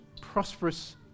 prosperous